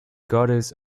goddess